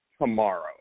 tomorrow